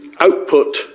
output